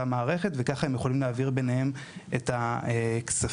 וככה הם יכולים להעביר ביניהם את הכספים.